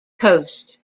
coast